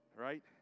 right